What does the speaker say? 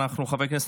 חברי הכנסת,